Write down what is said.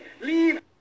leave